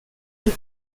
and